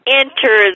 enter